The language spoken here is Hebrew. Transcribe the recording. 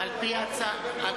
האוצר חבר הכנסת חסון.